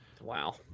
wow